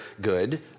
good